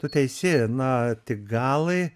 tu teisi na tik galai